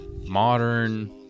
modern